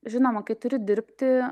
žinoma kai turi dirbti